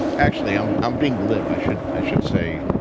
actually, i'm um being glib. i should i should say,